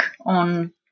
on